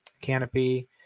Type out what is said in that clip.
canopy